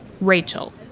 Rachel